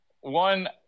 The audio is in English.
one